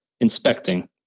inspecting